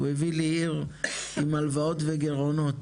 הוא הביא לי עיר עם הלוואות וגירעונות,